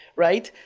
right?